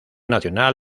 nacional